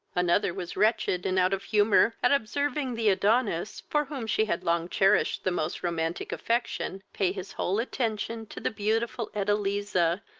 another was wretched, and out of humour at observing the adonis, for whom she had long cherished the most romantic affection, pay his whole attention to the beautiful edeliza,